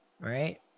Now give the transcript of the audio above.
right